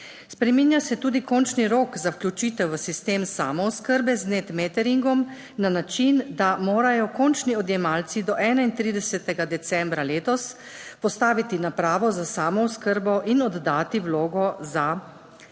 Spreminja se tudi končni rok za vključitev v sistem samooskrbe z NET meteringom na način, da morajo končni odjemalci do 31. decembra letos postaviti napravo za samooskrbo in oddati vlogo za priključitev.